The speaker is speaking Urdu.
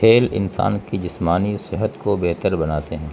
کھیل انسان کی جسمانی صحت کو بہتر بناتے ہیں